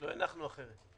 לא הנחנו אחרת.